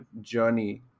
journey